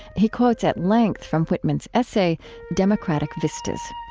he quotes at length from whitman's essay democratic vistas.